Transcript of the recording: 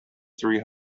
three